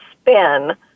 spin